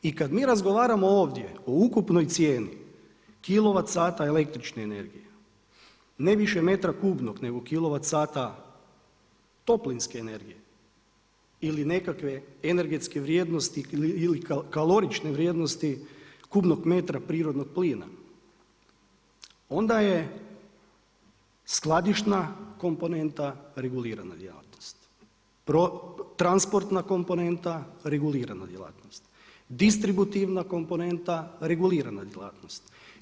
I kad mi razgovaramo ovdje o ukupnijoj cijeni kilovat sata električne energije, ne više metra kubnog, nego kilovat sata toplinske energije ili nekakve energetske vrijednosti ili kalorične vrijednosti kubnog metra prirodnog plina, onda je skladišna komponenta regulirana djelatnost, transportna komponenta, regulirana djelatnost, distributivna komponenta, regulirana djelatnost.